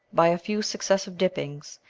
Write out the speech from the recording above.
by a few successive dippings,